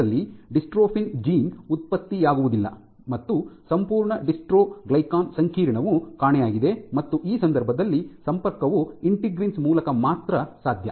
ಇದರಲ್ಲಿ dystrophin gene ಉತ್ಪತ್ತಿಯಾಗುವುದಿಲ್ಲ ಮತ್ತು ಸಂಪೂರ್ಣ ಡಿಸ್ಟ್ರೊಗ್ಲಿಕನ್ ಸಂಕೀರ್ಣವು ಕಾಣೆಯಾಗಿದೆ ಮತ್ತು ಈ ಸಂದರ್ಭದಲ್ಲಿ ಸಂಪರ್ಕವು ಇಂಟಿಗ್ರೀನ್ಸ್ ಮೂಲಕ ಮಾತ್ರ ಸಾಧ್ಯ